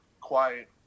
quiet